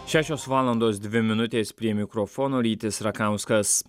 šešios valandos dvi minutės prie mikrofono rytis rakauskas